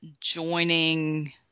joining